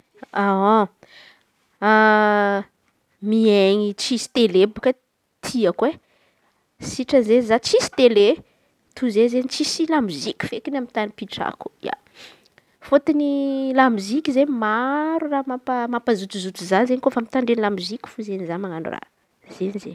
Miaina tsisy tele bôka tiako e. Sitrany zey za tsisy tele toy zey tsisy lamoziky feky amy tan̈y ipetrako. Fôtony lamoziky izen̈y maro raha mampa- mampazotozoto za izen̈y kofa mitandreny lamoziky za manan̈o raha.